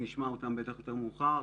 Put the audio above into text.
נשמע אותם בטח יותר מאוחר.